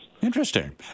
Interesting